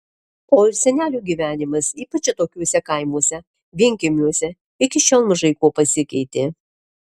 o ir senelių gyvenimas ypač atokiuose kaimuose vienkiemiuose iki šiol mažai kuo pasikeitė